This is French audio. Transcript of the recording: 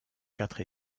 quatre